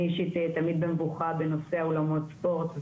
אני אישית תמיד במדוכה בנושא אולמות ספורט,